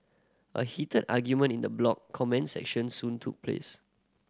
a heated argument in the blog comment section soon took place